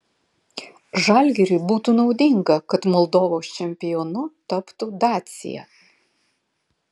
žalgiriui būtų naudinga kad moldovos čempionu taptų dacia